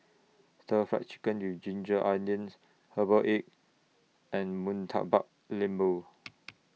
Stir Fried Chicken with Ginger Onions Herbal Egg and Murtabak Lembu